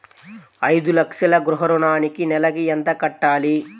ఐదు లక్షల గృహ ఋణానికి నెలకి ఎంత కట్టాలి?